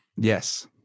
yes